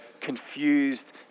confused